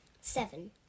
Seven